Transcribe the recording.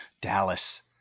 Dallas